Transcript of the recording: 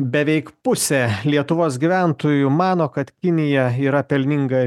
beveik pusė lietuvos gyventojų mano kad kinija yra pelninga